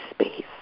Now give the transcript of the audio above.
space